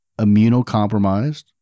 immunocompromised